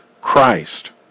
Christ